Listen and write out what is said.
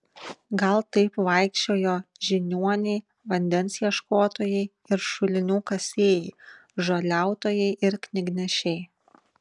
gal taip vaikščiojo žiniuoniai vandens ieškotojai ir šulinių kasėjai žoliautojai ir knygnešiai